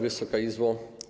Wysoka Izbo!